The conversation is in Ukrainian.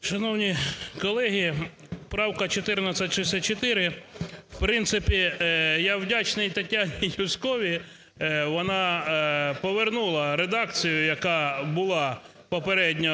Шановні колеги, правка 1464, в принципі я вдячний Тетяні Юзьковій, вона повернула редакцію, яка була попередньо